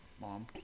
Mom